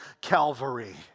Calvary